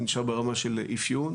הוא נשאר ברמה של אפיון.